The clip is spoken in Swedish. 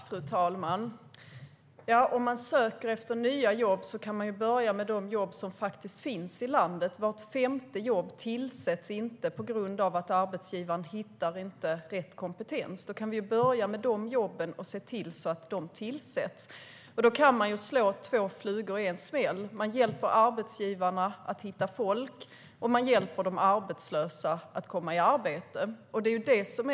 Fru talman! Om man söker efter nya jobb kan man ju börja med de jobb som faktiskt finns i landet. Vart femte jobb kan inte tillsättas på grund av att arbetsgivaren inte hittar rätt kompetens, så vi kan börja med att se till att dessa jobb tillsätts. Då kan man slå två flugor i en smäll. Man hjälper arbetsgivarna att hitta folk, och man hjälper de arbetslösa att komma i arbete.